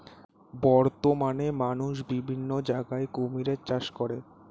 বর্তমানে মানুষ বিভিন্ন জায়গায় কুমিরের চাষ করে